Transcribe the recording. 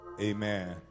Amen